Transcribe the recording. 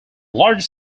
largest